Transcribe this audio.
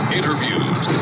Interviews